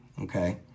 Okay